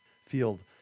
field